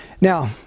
Now